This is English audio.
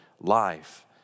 life